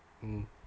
mm